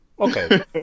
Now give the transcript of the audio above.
Okay